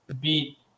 beat